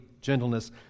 gentleness